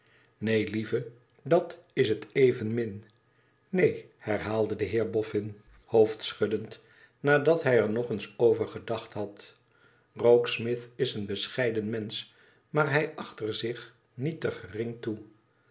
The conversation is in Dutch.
neen lieve dat is het evenmin neen herhaalde de heer bofn hoofdschuddend nadat hij er nog eens over gedacht had trokesmith is een bescheiden mensch maar hij acht er zich niet te gering toe